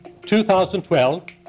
2012